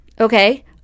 Okay